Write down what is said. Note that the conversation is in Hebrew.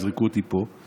יזרקו אותי פה.